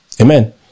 Amen